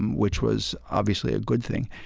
which was obviously a good thing,